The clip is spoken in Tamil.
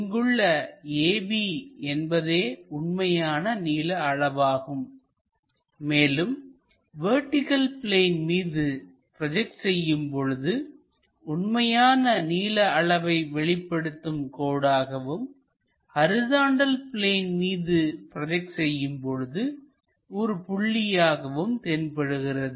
இங்குள்ள AB என்பதே உண்மையான நீள அளவாகும் மேலும் வெர்டிகள் பிளேன் மீது ப்ரோஜெக்ட் செய்யும்பொழுது உண்மையான நீள அளவை வெளிப்படுத்தும் கோடாகவும் ஹரிசாண்டல் பிளேன் மீது ப்ரோஜெக்ட் செய்யும்பொழுது ஒரு புள்ளியாகவும் தென்படுகிறது